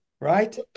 Right